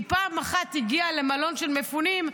היא פעם אחת הגיעה למלון של מפונים,